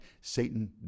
satan